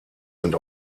sind